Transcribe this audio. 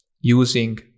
using